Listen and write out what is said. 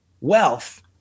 wealth